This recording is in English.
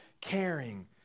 caring